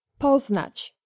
Poznać